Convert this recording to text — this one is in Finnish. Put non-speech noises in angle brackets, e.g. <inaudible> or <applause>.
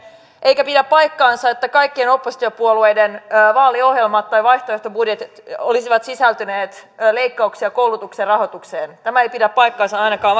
eikä pidä paikkaansa että kaikkien oppositiopuolueiden vaaliohjelmat tai vaihtoehtobudjetit olisivat sisältäneet leikkauksia koulutuksen rahoitukseen tämä ei pidä paikkaansa ainakaan <unintelligible>